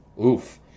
Oof